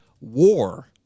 war